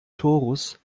torus